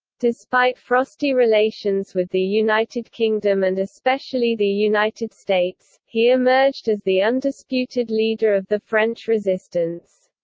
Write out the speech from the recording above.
despite frosty relations with the united kingdom and especially the united states, he emerged as the undisputed leader of the french resistance.